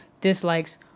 dislikes